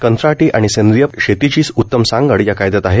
कंत्राटी आणि सेंद्रीय शेतीची उत्तम सांगड या कायद्यात आहे